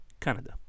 Canada